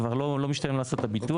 כבר לא משתלם לעשות את הביטוח.